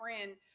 friend